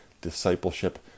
discipleship